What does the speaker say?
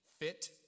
fit